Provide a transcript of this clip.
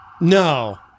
No